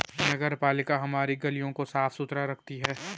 नगरपालिका हमारी गलियों को साफ़ सुथरा रखती है